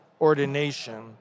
ordination